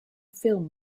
film